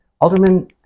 Alderman